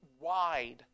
wide